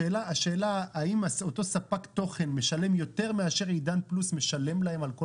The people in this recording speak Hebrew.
השאלה האם אותו ספק תוכן משלם יותר מאשר עידן פלוס משלם להם.